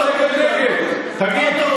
תגיד,